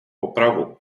opravu